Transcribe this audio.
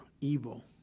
evil